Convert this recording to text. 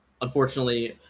Unfortunately